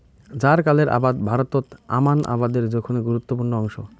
জ্বারকালের আবাদ ভারতত আমান আবাদের জোখনের গুরুত্বপূর্ণ অংশ